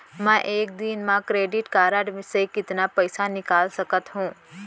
मैं एक दिन म क्रेडिट कारड से कतना पइसा निकाल सकत हो?